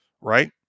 right